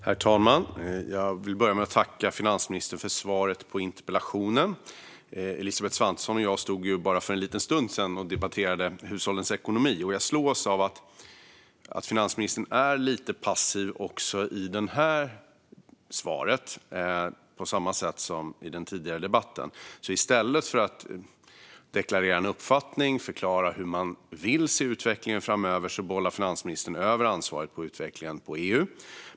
Herr talman! Jag vill börja med att tacka finansministern för svaret på interpellationen. Elisabeth Svantesson och jag stod ju för bara en liten stund sedan och debatterade hushållens ekonomi, och jag slås av att finansministern på samma sätt som i den tidigare debatten är lite passiv i svaret på interpellationen. I stället för att deklarera en uppfattning och förklara hur man vill se utvecklingen framöver bollar finansministern över ansvaret för utvecklingen till EU.